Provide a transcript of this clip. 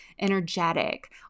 energetic